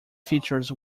features